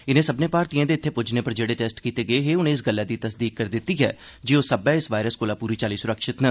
इनें सब्मनें भारतीयें दे इत्थे पुज्जने पर जेहड़े टेस्ट कीते गे हे उनें इस गल्लै दी तसदीक करी दित्ती ऐ जे ओह सब्बै इस वायरस कोला पूरी चाल्ली सुरक्षित न